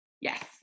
yes